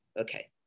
Okay